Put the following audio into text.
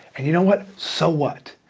and you know what, so what?